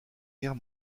guerre